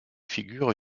figures